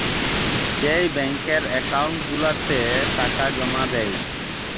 যেই ব্যাংকের একাউল্ট গুলাতে টাকা জমা দেই